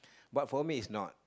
but for me it's not